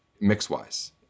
mix-wise